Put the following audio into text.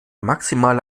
maximale